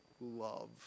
love